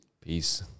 Peace